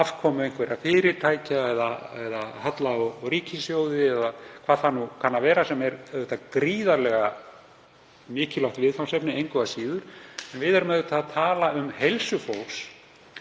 afkomu einhverra fyrirtækja eða halla á ríkissjóði eða hvað það nú kann að vera, sem er gríðarlega mikilvægt viðfangsefni engu að síður. En við erum auðvitað að tala um heilsu fólks